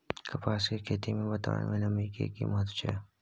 कपास के खेती मे वातावरण में नमी के की महत्व छै?